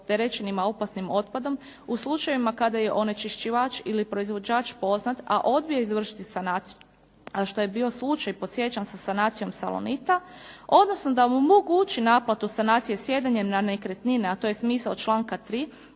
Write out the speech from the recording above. terećenima opasnim otpadom, u slučajevima kada je onečišćivač ili proizvođač poznat, a odbio je izvršiti sanaciju, što je bio slučaj podsjećam sa sanacijom "Salonita", odnosno da mu omogući naplatu sanacije sjedanjem na nekretnine, a to je smisao članka 3.